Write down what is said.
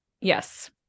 yes